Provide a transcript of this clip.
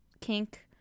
kink